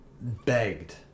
begged